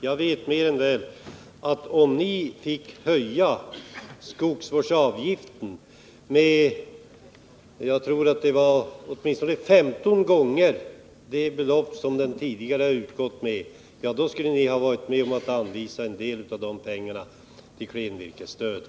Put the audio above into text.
Jag vet mer än väl att ni, om ni hade fått höja skogsvårdsavgiften, jag tror att det var med åtminstone 15 gånger det belopp som den tidigare hade utgått med, skulle ha varit med om att anvisa en del av pengarna till klenvirkesstöd.